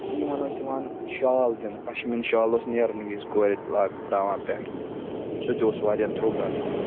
یِمَن ٲسۍ یِوان شال دِنہٕ پَشمیٖن شال اوس نیرَن وِز کورِ لاگہٕ تراوان پٮ۪ٹھ سُہ تہِ اوس واریاہ درٛوٚگ آسان